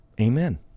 Amen